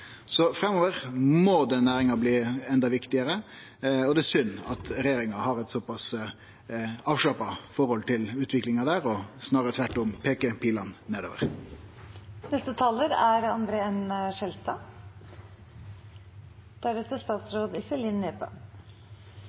Så framover må den næringa bli enda viktigare, og det er synd at regjeringa har eit såpass avslappa forhold til utviklinga – og snarare tvert om